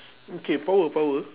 okay power power